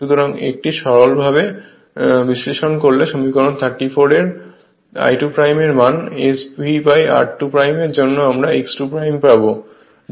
সুতরাং একটি সরল ভাবে বিশ্লেষণ করলে সমীকরণ 34 এর I2 এর মান S vr2 এর জন্য আমরা x2 পাবো